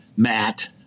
Matt